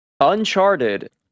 Uncharted